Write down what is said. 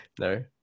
No